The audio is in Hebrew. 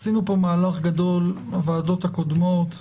עשינו פה מהלך גדול בוועדות הקודמות,